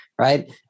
right